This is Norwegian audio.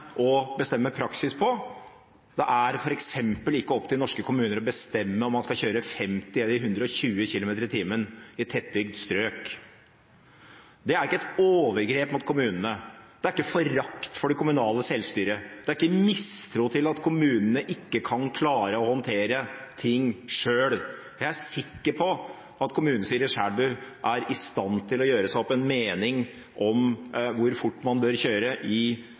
å bestemme praksis for? Det er f.eks. ikke opp til norske kommuner å bestemme om man skal kjøre i 50 km/t eller i 120 km/t i tettbygd strøk. Det er ikke et overgrep mot kommunene, det er ikke forakt for det kommunale selvstyret, det er ikke mistro til at kommunene ikke kan klare å håndtere ting selv. Jeg er sikker på at kommunestyret i Selbu er i stand til å gjøre seg opp en mening om hvor fort man bør kjøre i